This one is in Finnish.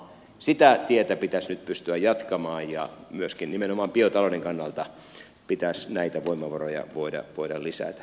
sitä tietä pitäisi nyt pystyä jatkamaan ja myöskin nimenomaan biotalouden kannalta pitäisi näitä voimavaroja voida lisätä